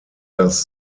das